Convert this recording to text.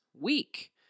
week